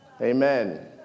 Amen